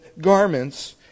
garments